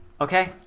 Okay